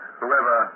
Whoever